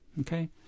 Okay